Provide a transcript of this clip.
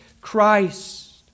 Christ